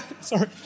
sorry